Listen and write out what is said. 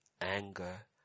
anger